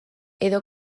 edo